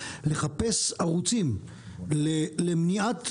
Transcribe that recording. לחפש ערוצים למניעת,